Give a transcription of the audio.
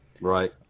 Right